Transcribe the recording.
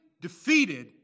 defeated